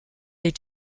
est